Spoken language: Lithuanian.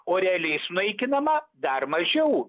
o realiai sunaikinama dar mažiau